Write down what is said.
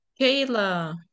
Kayla